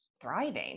thriving